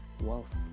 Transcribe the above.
wealth